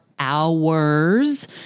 hours